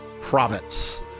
province